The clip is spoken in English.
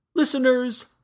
Listeners